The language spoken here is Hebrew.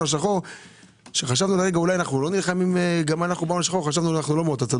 השחור שחשבנו: אולי אנחנו לא באותו צד?